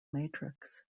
matrix